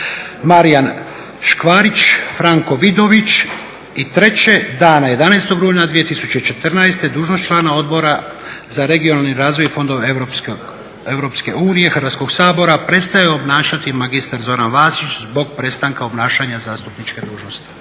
Marijan Škvarić, Franko Vidović. 3. dana 11. rujna 2014. dužnost člana Odbora za regionalni razvoj i fondove EU Hrvatskog sabora prestao je obnašati mr. Zoran Vasić zbog prestanka obnašanja zastupničke dužnosti.